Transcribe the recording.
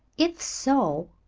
if so,